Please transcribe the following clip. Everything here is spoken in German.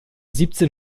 siebzehn